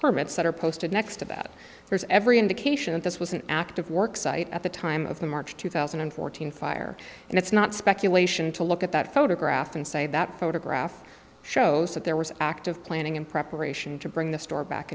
permits that are posted next about there's every indication that this was an active work site at the time of the march two thousand and fourteen fire and it's not speculation to look at that photograph and say that photograph shows that there was an act of planning and preparation to bring the store back